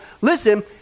Listen